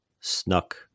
snuck